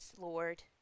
Lord